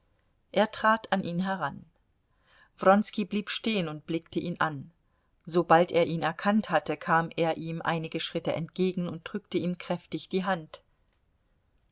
er trat an ihn heran wronski blieb stehen und blickte ihn an sobald er ihn erkannt hatte kam er ihm einige schritte entgegen und drückte ihm kräftig die hand